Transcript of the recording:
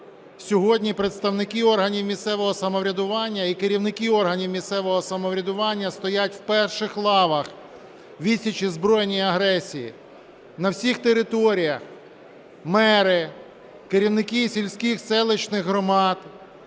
Сьогодні представники органів місцевого самоврядування і керівники органів місцевого самоврядування стоять в перших лавах відсічі збройній агресії. На всіх територіях мери, керівники сільських, селищних громад